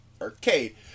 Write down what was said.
arcade